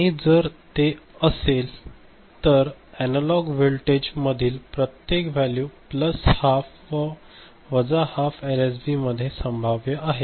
आणि जर ते असेल तर अॅनालॉग व्होल्टेज मधील प्रत्येक वॅल्यू प्लस हाफ व वजा हाफ एलएसबी मधेच संभाव्य आहे